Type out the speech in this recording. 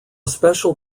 special